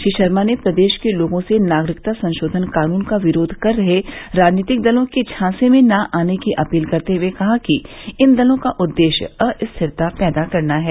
श्री शर्मा ने प्रदेश के लोगों से नागरिकता संशोधन कानून का विरोध कर रहे राजनीतिक दलों के ज्ञांसे में न आने की अपील करते हुए कहा कि इन दलों का उद्देश्य अस्थिरता पैदा करना है